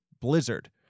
blizzard